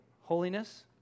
Holiness